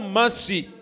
mercy